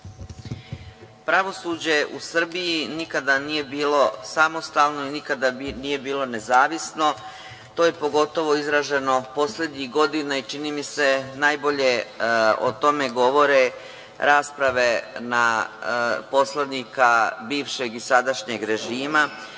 Pravosuđe u Srbiji nikada nije bilo samostalno, nikada nije bilo nezavisno. To je pogotovo izraženo poslednjih godina i čini mi se najbolje o tome govore rasprave poslanika bivšeg i sadašnjeg režima,